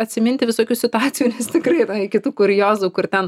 atsiminti visokių situacijų tikrai yra iki tų kuriozų kur ten